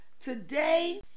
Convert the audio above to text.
today